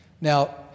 Now